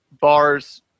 Bars